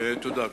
תודה.